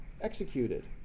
executed